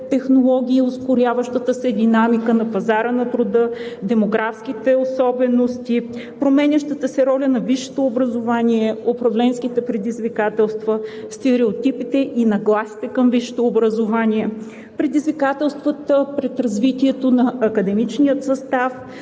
технологии, ускоряващата се динамика на пазара на труда, демографските особености, променящата се роля на висшето образование, управленските предизвикателства, стереотипите и нагласите към висшето образование, предизвикателствата пред развитието на академичния състав,